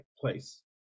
place